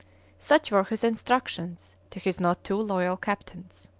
such were his instructions to his not too loyal captains.